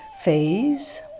phase